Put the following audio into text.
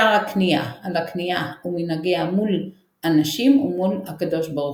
שער הכניעה על הכניעה ומנהגיה מול אנשים ומול הקב"ה.